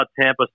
Tampa